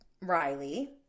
Riley